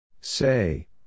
Say